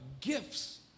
gifts